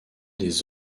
des